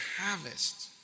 harvest